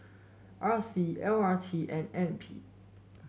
R C L R T and N P